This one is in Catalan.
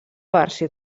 versió